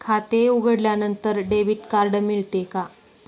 खाते उघडल्यानंतर debit card मिळते का?